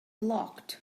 locked